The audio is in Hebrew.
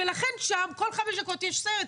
לכן, כל חמש דקות יש שם סיירת.